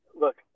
Look